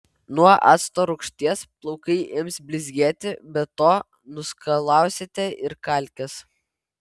nuo acto rūgšties plaukai ims blizgėti be to nuskalausite ir kalkes